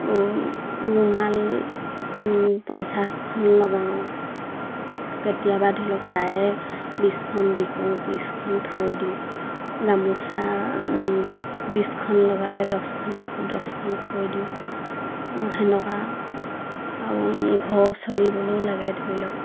ৰুমাল পঞ্চাছখন লগাওঁ কেতিয়াবা ধৰি লওক তাৰে বিছখন বিকো ত্ৰিছখন থৈ দিওঁ গামোচা বিছখন লগালে দছখন বিকো দছখন থৈ দিওঁ সেনেকুৱা আৰু ঘৰ চলিবলৈও লাগে ধৰি লওক